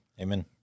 Amen